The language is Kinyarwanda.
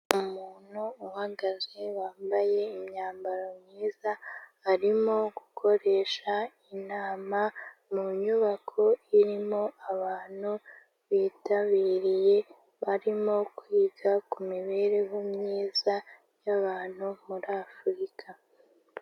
Umuntu uhagaze wambaye imyambaro myiza, arimo gukoresha inama mu nyubako irimo abantu bitabiriye, barimo kwiga ku mibereho myiza y'abantu muri Afurika.